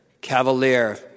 Cavalier